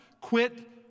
quit